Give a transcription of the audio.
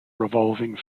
revolving